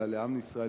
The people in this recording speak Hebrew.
אלא לעם ישראל,